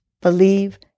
believe